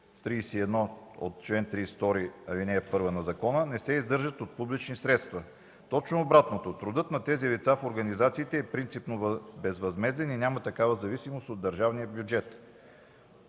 31 от чл. 2, ал. 1 на закона не се издържат от публични средства. Точно обратното – трудът на тези лица в организациите принципно е безвъзмезден и няма такава зависимост от държавния бюджет.